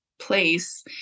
place